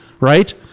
right